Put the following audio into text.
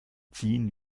ziehen